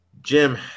Jim